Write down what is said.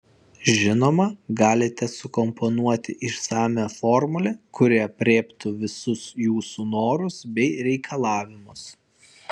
žinoma galite sukomponuoti išsamią formulę kuri aprėptų visus jūsų norus bei reikalavimus